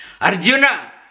Arjuna